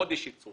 את חודש הייצור